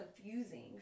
confusing